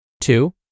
Two